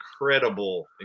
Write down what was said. incredible